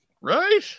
Right